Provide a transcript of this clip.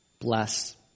Bless